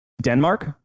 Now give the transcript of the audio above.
Denmark